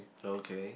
okay